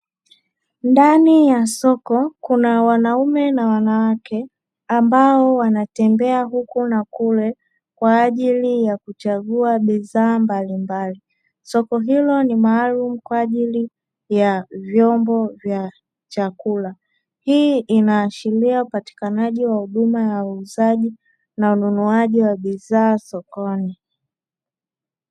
Ndani ya soko kuna wanaume na wanawake, ambao wanatembea huku na kule kwa ajili ya kuchagua bidhaa mbalimbali. Soko hilo ni maalum kwa ajili ya vyombo vya chakula. Hii inaashiria upatikanaji wa huduma ya uuzaji na ununuaji wa bidhaa sokoni.